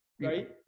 right